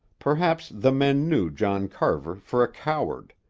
perhaps the men knew john carver for a coward,